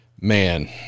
man